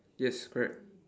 yes correct